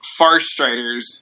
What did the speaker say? Farstriders